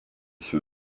som